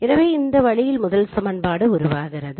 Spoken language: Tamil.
எனவே இந்த வழியில் முதல் சமன்பாடு உருவாகிறது